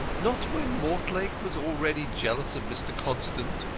not when mortlake was already jealous of mr. constant,